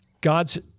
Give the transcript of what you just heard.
God's